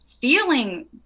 feeling